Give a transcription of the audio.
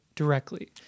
directly